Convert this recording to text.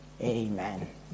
Amen